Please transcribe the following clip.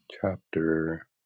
Chapter